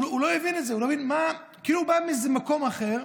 הוא לא הבין את זה, כאילו הוא בא מאיזה מקום אחר,